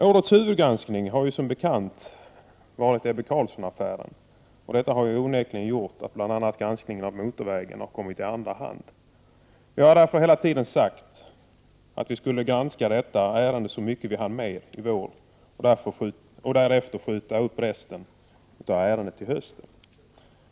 Det huvudsakliga granskningsarbetet har i år som bekant ägnats åt Ebbe Carlsson-affären, och det har onekligen lett till att granskningen av motorvägsärendet har kommit i andra hand. Vi har därför hela tiden sagt att vi skulle granska detta ärende så mycket som vi hinner med under våren och skjuta upp resten av ärendet till hösten.